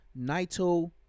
Naito